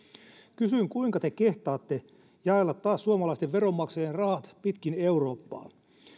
kysyn kuinka te kehtaatte jaella taas suomalaisten veronmaksajien rahat pitkin eurooppaa